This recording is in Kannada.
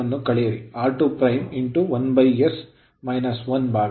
r2 1s - 1 ಭಾಗ ಲೋಡ್ resistance ರೆಸಿಸ್ಟೆನ್ಸ್ ಆಗಿರುತ್ತದೆ